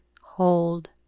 hold